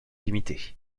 limité